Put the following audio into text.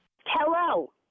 Hello